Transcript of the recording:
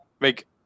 make